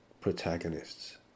protagonists